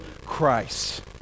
christ